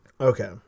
Okay